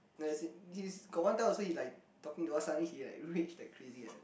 like as in he's got one time also he like talking to us suddenly he like rage like crazy like that